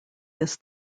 this